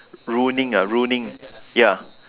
ruining ah ruining ya